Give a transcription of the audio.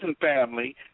family